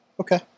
Okay